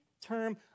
term